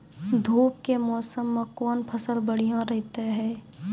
धूप के मौसम मे कौन फसल बढ़िया रहतै हैं?